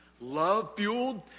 love-fueled